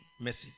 message